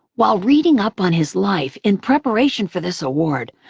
while reading up on his life in preparation for this award,